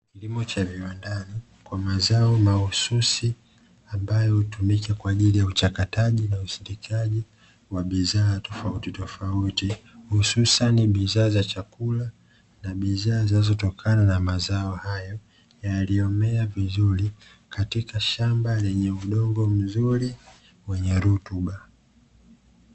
Kilimo cha viwandani kwa mazao mahususi ambayo hutumika kwa ajili ya uchakataji na usindikaji wa bidhaa tofauti tofauti, hususan bidhaa za chakula na bidhaa zinazotokana na mazao hayo, yaliyomea vizuri katika shamba lenye udongo mzuri wenye rutuba.